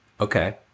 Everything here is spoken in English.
okay